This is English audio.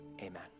Amen